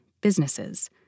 businesses